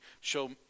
show